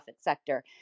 sector